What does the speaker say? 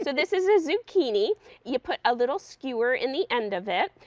so this is as you can. e you put a little skewer, in the end of, it